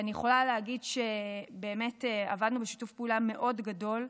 אני יכולה להגיד שבאמת עבדנו בשיתוף פעולה מאוד גדול,